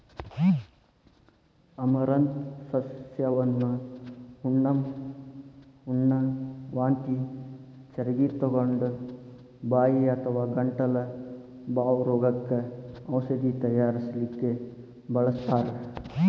amaranth ಸಸ್ಯವನ್ನ ಹುಣ್ಣ, ವಾಂತಿ ಚರಗಿತೊಗೊಂಡ, ಬಾಯಿ ಅಥವಾ ಗಂಟಲ ಬಾವ್ ರೋಗಕ್ಕ ಔಷಧ ತಯಾರಿಸಲಿಕ್ಕೆ ಬಳಸ್ತಾರ್